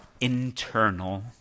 internal